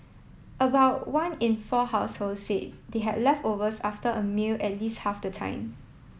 about one in four households said they had leftovers after a meal at least half the time